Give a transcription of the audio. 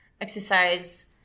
exercise